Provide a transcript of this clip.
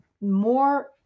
more